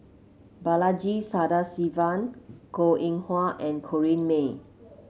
Balaji Sadasivan Goh Eng Wah and Corrinne May